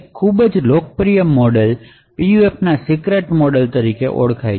એક ખૂબ જ લોકપ્રિય મોડેલ PUFના સિક્રેટ મોડેલ તરીકે ઓળખાય છે